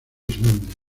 islandia